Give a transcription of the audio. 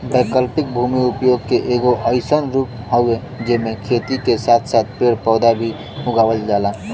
वैकल्पिक भूमि उपयोग के एगो अइसन रूप हउवे जेमे खेती के साथ साथ पेड़ पौधा भी उगावल जाला